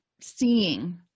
seeing